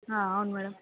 అవును మేడం